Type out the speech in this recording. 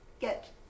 get